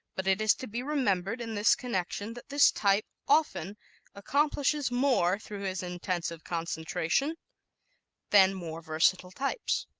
but it is to be remembered in this connection that this type often accomplishes more through his intensive concentration than more versatile types.